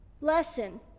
lesson